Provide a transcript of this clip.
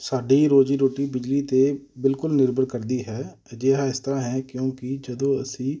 ਸਾਡੀ ਰੋਜ਼ੀ ਰੋਟੀ ਬਿਜਲੀ 'ਤੇ ਬਿਲਕੁਲ ਨਿਰਭਰ ਕਰਦੀ ਹੈ ਅਜਿਹਾ ਇਸ ਤਰ੍ਹਾਂ ਹੈ ਕਿਉਂਕਿ ਜਦੋਂ ਅਸੀਂ